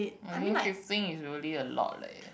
I mean fifteen is really a lot leh